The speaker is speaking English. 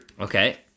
Okay